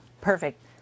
Perfect